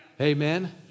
Amen